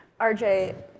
rj